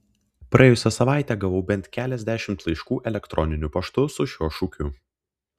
praėjusią savaitę gavau bent keliasdešimt laiškų elektoriniu paštu su šiuo šūkiu